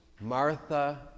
Martha